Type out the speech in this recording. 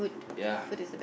ya